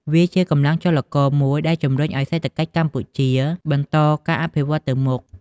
វាជាកម្លាំងចលករមួយដែលជំរុញឱ្យសេដ្ឋកិច្ចកម្ពុជាបន្តការអភិវឌ្ឍទៅមុខ។